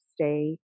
stay